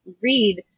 read